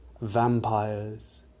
vampires